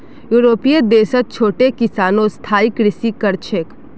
यूरोपीय देशत छोटो किसानो स्थायी कृषि कर छेक